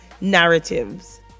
narratives